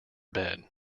bed